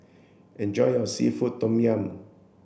enjoy your seafood tom yum